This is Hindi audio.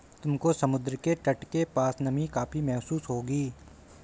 तुमको समुद्र के तट के पास नमी काफी महसूस होगी